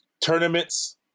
tournaments